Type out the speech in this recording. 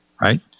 right